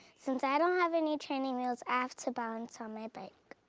since i don't have any training wheels, i have to balance on my bike.